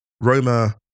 Roma